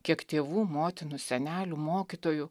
kiek tėvų motinų senelių mokytojų